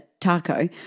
taco